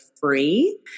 free